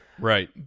Right